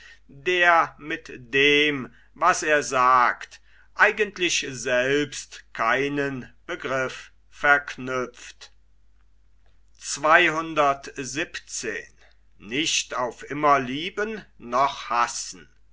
der mit dem was er sagt eigentlich selbst keinen begriff verknüpft